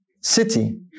city